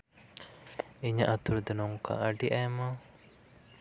ᱤᱧᱟᱹᱜ ᱟᱹᱛᱩ ᱨᱮᱫᱚ ᱱᱚᱝᱠᱟ ᱟᱹᱰᱤ ᱟᱭᱢᱟ